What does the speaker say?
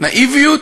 נאיביות,